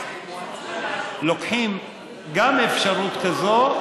מביאים בחשבון גם אפשרות כזאת,